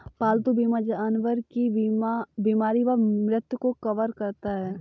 पालतू बीमा जानवर की बीमारी व मृत्यु को कवर करता है